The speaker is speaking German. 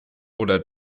oder